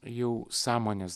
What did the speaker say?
jau sąmonės